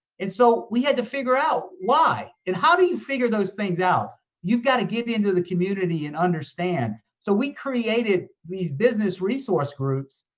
and so we had to figure out why. and how do you figure those things out? you've gotta get into the community and understand. so we created these business resource groups.